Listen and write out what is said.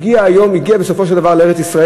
היא הגיעה בסופו של דבר לארץ-ישראל.